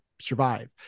survive